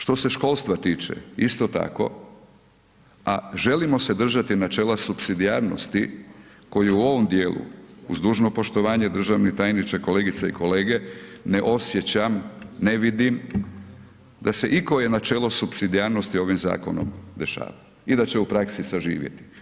Što se školstva tiče isto tako a želimo se držati načela supsidijarnosti koji u ovome dijelu uz dužno poštovanje državni tajniče, kolegice i kolege ne osjećam, ne vidim da se ikoje načelo supsidijarnosti dešava i da će u praksi zaživjeti.